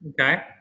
Okay